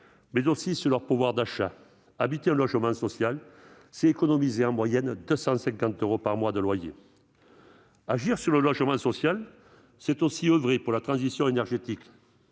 mais aussi sur leur pouvoir d'achat. Habiter un logement social, c'est économiser en moyenne 250 euros par mois de loyer. Agir sur le logement social, c'est aussi oeuvrer pour la transition énergétique